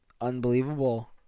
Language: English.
unbelievable